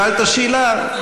שאלת שאלה.